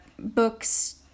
books